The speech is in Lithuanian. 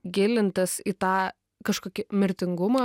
gilintis į tą kažkokį mirtingumą